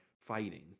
fighting